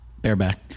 Bareback